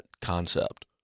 concept